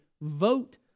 vote